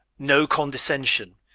no condescension.